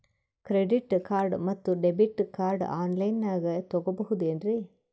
Credit card ಮತ್ತು debit card on ಲೈನಾಗ್ ತಗೋಬಹುದೇನ್ರಿ?